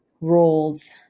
roles